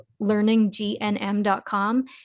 learninggnm.com